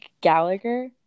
Gallagher